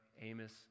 Amos